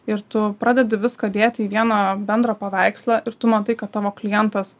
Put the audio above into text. ir tu pradedi viską dėti į vieną bendrą paveikslą ir tu matai kad tavo klientas